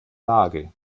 lage